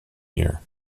year